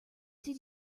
did